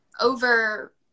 over